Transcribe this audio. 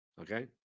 okay